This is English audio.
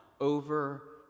over